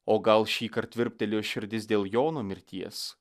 o gal šįkart virptelėjo širdis dėl jono mirties